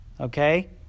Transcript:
Okay